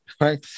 Right